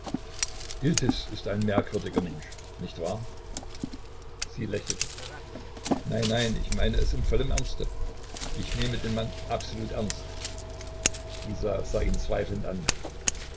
ist ein merkwürdiger mensch nicht wahr sie lächelte nein nein ich meine es im vollen ernste ich nehme den mann absolut ernst isa sah ihn zweifelnd an